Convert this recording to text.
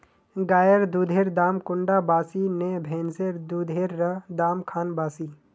गायेर दुधेर दाम कुंडा बासी ने भैंसेर दुधेर र दाम खान बासी?